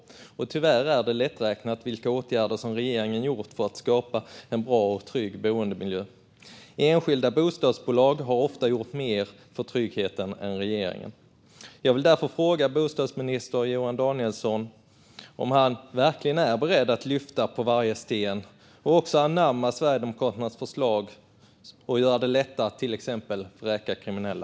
Tyvärr är de åtgärder regeringen gjort för att skapa en bra och trygg boendemiljö lätträknade. Enskilda bostadsbolag har ofta gjort mer för tryggheten än regeringen. Jag vill därför fråga bostadsminister Johan Danielsson om han verkligen är beredd att lyfta på varje sten och också anamma Sverigedemokraternas förslag och göra det lättare att till exempel vräka kriminella.